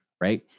right